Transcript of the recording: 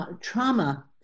trauma